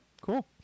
Cool